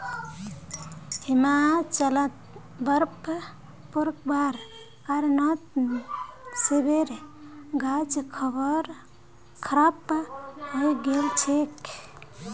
हिमाचलत बर्फ़ पोरवार कारणत सेबेर गाछ खराब हई गेल छेक